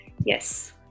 yes